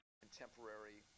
contemporary